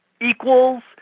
equals